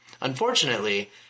unfortunately